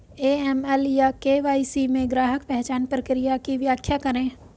AML या KYC में ग्राहक पहचान प्रक्रिया की व्याख्या करें?